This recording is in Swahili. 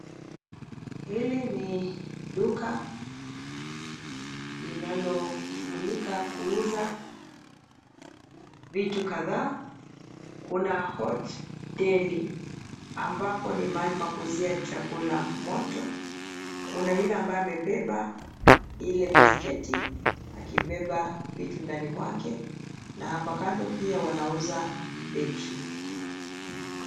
Hili ni duka linaloshughulika kuuza vitu kadhaa. Kuna Hot Deli ambapo ni mahali pa kuuzia chakula moto. Kuna yule ambaye amebeba ile basketi akibeba vitu ndani mwake na hapa kando pia wanauza battery .